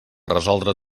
resoldre